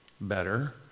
better